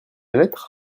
lettre